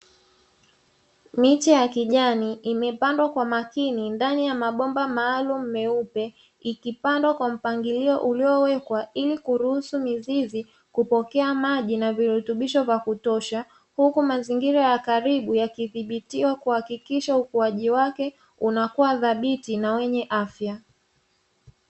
Miche ya kijani imepandwa kwa makini ndani ya mabomba maalumu meupe, ikipandwa kwa mpangilio uliowekwa ili kuruhusu mizizi kupokea maji na virutubisho vya kutosha, huku mazingira ya karibu yakidhibitiwa kuhakikisha ukuaji wake unakuwa thabiti na wenye afya.